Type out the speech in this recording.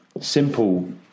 Simple